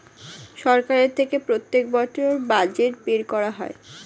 সরকার থেকে প্রত্যেক বছর বাজেট বের করা হয়